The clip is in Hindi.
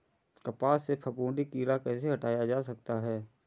कपास से फफूंदी कीड़ा कैसे हटाया जा सकता है?